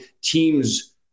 teams